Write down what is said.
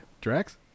Drax